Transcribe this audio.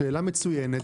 שאלה מצוינת.